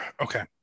okay